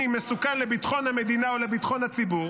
מסוכן לביטחון המדינה או לביטחון הציבור,